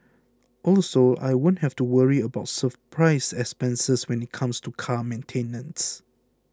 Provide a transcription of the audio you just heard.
also I won't have to worry about surprise expenses when it comes to car maintenance